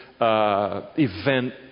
event